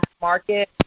market